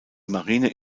marine